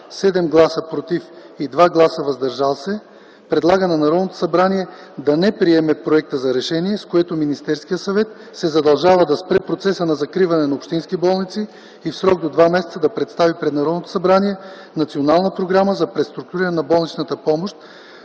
7 гласа – „против” и 2 гласа – „въздържали се”, предлага на Народното събрание да не приеме проекта за Решение, с което Министерският съвет се задължава да спре процеса на закриване на общински болници и в срок до 2 месеца да представи пред Народното събрание Национална програма за преструктуриране на болничната помощ,